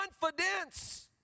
confidence